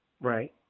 Right